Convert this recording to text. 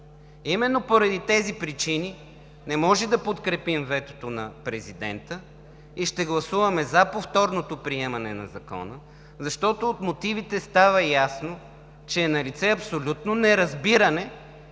Именно поради тези причини не можем да подкрепим ветото на президента и ще гласуваме за повторното приемане на Закона, защото от мотивите става ясно, че е налице абсолютно неразбиране